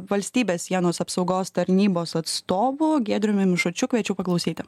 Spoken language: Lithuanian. valstybės sienos apsaugos tarnybos atstovu giedriumi mišučiu kviečiu paklausyti